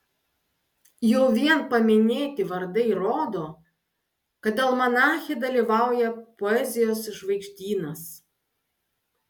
jau vien paminėti vardai rodo kad almanache dalyvauja poezijos žvaigždynas